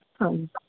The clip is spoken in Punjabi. ਹਾਂਜੀ